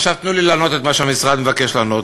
עכשיו תיתנו לענות את מה שהמשרד מבקש לענות,